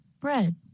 Bread